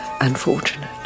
unfortunate